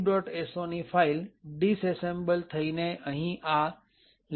so ની file disassemble થઈને અહીં આ libmylib